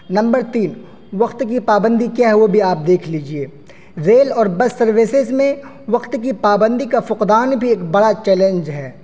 number تین وقت کی پابندی کیا ہے وہ بھی آپ دیکھ لیجیے ریل اور بس سروسز میں وقت کی پابندی کا فقدان بھی ایک بڑا چیلنج ہے